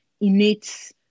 innate